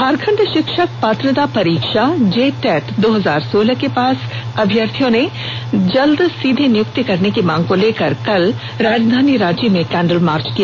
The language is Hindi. झारखंड शिक्षक पात्रता परीक्षा जेटेट दो हजार सोलह के पास अभ्यर्थियों ने जल्द सीधी नियुक्ति करने की मांग को लेकर कल राजधानी रांची में कैंडल मार्च किया